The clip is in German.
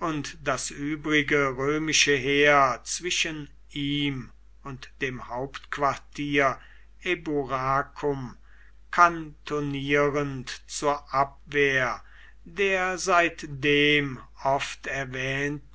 und das übrige römische heer zwischen ihm und dem hauptquartier eburacum kantonierend zur abwehr der seitdem oft erwähnten